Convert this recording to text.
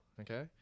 Okay